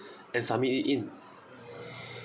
and submit it in